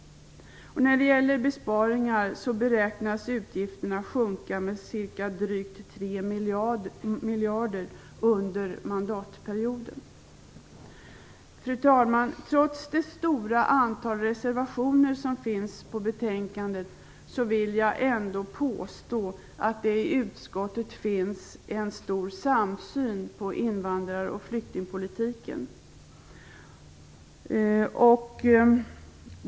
När det gäller besparingar beräknas utgifterna sjunka med cirka drygt 3 miljarder under mandatperioden. Fru talman! Trots det stora antalet reservationer till betänkandet vill jag påstå att det i utskottet finns en stor samsyn på invandrar och flyktingpolitiken.